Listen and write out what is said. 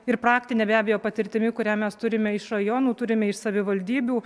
ir praktine be abejo patirtimi kurią mes turime iš rajonų turime iš savivaldybių